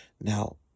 Now